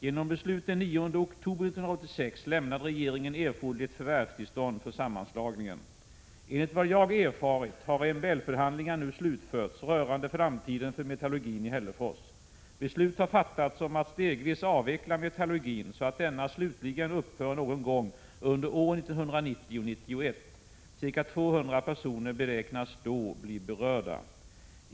Genom beslut den 9 oktober 1986 lämnade regeringen erforderligt förvärvstillstånd för sammanslagningen. Enligt vad jag erfarit har MBL-förhandlingar nu slutförts rörande framtiden för metallurgin i Hällefors. Beslut har fattats om att stegvis avveckla metallurgin så att denna slutligen upphör någon gång under åren 1990-1991. 27 Ca 200 personer beräknas då bli berörda.